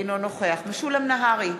אינו נוכח משולם נהרי,